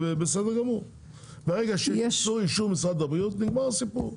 ברגע שיש אישור משרד הבריאות, נגמר הסיפור.